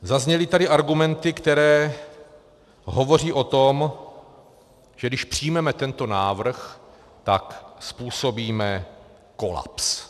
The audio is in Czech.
Zazněly tady argumenty, které hovoří o tom, že když přijmeme tento návrh, tak způsobíme kolaps.